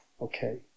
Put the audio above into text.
Okay